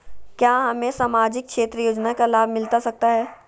क्या हमें सामाजिक क्षेत्र योजना के लाभ मिलता सकता है?